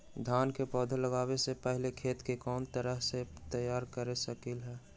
धान के पौधा लगाबे से पहिले खेत के कोन तरह से तैयार कर सकली ह?